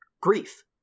grief